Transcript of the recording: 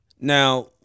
Now